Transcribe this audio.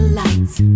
lights